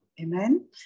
Amen